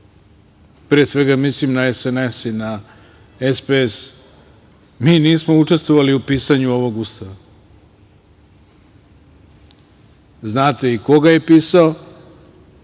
pre svega mislim na SNS i SPS, mi nismo učestvovali u pisanju ovog Ustava. Znate i ko ga je pisao